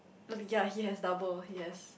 ya he has double he has